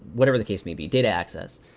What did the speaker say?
whatever the case may be. data access.